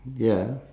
ya